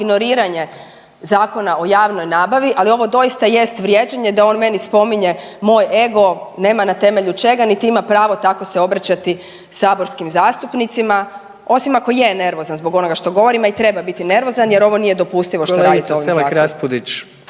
ignoriranje Zakona o javnoj nabavi, ali ovo doista jest vrijeđanje da on meni spominje moj ego, nema na temelju čega, niti ima pravo tako se obraćati saborskim zastupnicima. Osim ako je nervozan zbog onoga što govorim, a i treba biti nervozan jer ovo nije dopustivo što radite ovim zakonom.